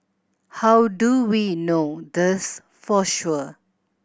how do we know this for sure